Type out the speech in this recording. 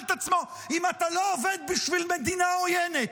את עצמו אם אתה לא עובד בשביל מדינה עוינת,